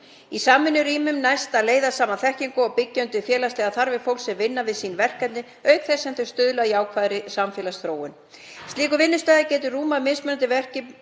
Í samvinnurýmum næst að leiða saman þekkingu og byggja undir félagslegar þarfir fólks sem vinnur við sín verkefni auk þess sem þau stuðla að jákvæðri samfélagsþróun. Slíkur vinnustaður getur rúmað mismunandi verkefni